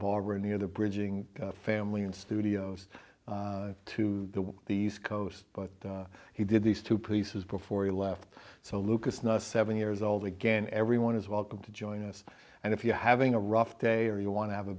barbara near the bridging family in studios to the east coast but he did these two pieces before he left so lucas not seven years old again everyone is welcome to join us and if you're having a rough day or you want to have a